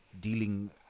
dealing